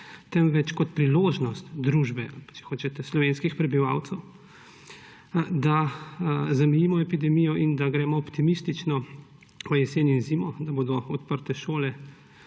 temveč kot priložnost družbe, ali pa če hočete slovenskih prebivalcev, da zamejimo epidemijo in da gremo optimistično v jesen in zimo, da bodo odprte šole,